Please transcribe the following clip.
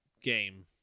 game